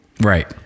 Right